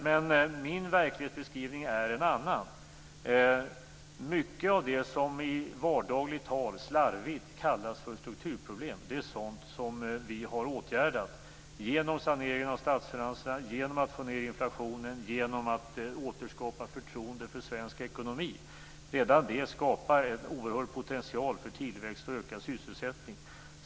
Men min verklighetsbeskrivning är en annan. Mycket av det som i vardagligt tal slarvigt kallas för strukturproblem är sådant som vi har åtgärdat genom sanering av statsfinanserna, genom att få ned inflationen och genom att återskapa förtroendet för svensk ekonomi. Redan detta skapar en oerhörd potential för tillväxt och ökad sysselsättning.